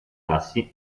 assi